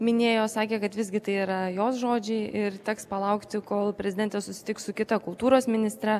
minėjo sakė kad visgi tai yra jos žodžiai ir teks palaukti kol prezidentė susitiks su kita kultūros ministre